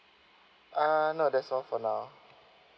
uh no that's all for now